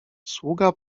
sługa